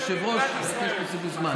היושב-ראש, תוסיף לי זמן.